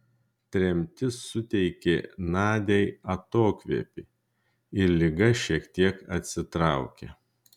tremtis suteikė nadiai atokvėpį ir liga šiek tiek atsitraukė